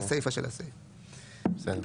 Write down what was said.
סעיף